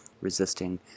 resisting